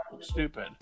stupid